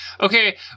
okay